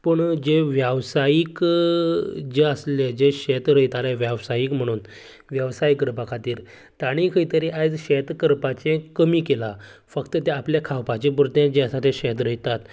पूण जे व्यावसायीक जे आसले जे शेत रोयताले व्यावसायीक म्हणून व्यावसाय करपाक खातीर तांणी खंय तरी आयज शेत करपाचें कमी केलां फक्त ते आपले खावपाचें पुरतें जें आसा तें शेत रयतात